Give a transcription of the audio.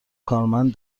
کارمند